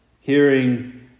hearing